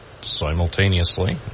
simultaneously